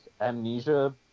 Amnesia